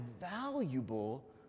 valuable